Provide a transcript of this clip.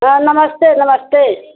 और नमस्ते नमस्ते